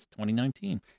2019